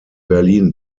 berlin